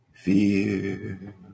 Fear